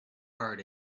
heart